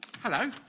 Hello